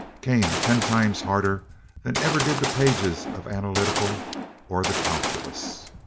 came ten times harder than ever did the pages of analytical or the calculus.